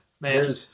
Man